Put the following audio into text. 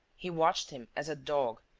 he watched him as a dog,